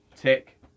tick